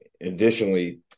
Additionally